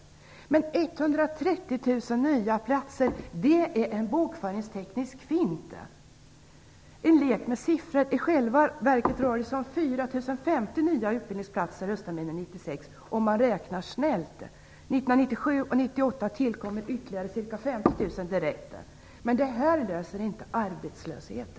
Men 130 000 nya utbildningsplatser är en bokföringsteknisk fint, en lek med siffror. I själva verket rör det sig om 4 050 nya utbildningsplatser höstterminen 1996, om man räknar snällt. Åren 1997 och 1998 tillkommer ytterligare ca 50 000. Men med detta kommer man inte till rätta med arbetslösheten.